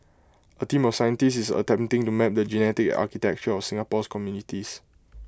A team of scientists is attempting to map the genetic architecture of Singapore's communities